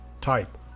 type